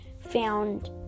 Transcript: found